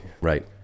right